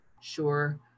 sure